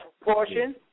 proportion